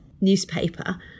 newspaper